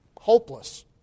hopeless